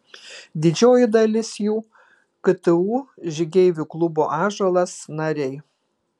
didžioji dalis jų ktu žygeivių klubo ąžuolas nariai